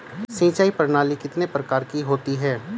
सिंचाई प्रणाली कितने प्रकार की होती हैं?